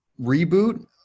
reboot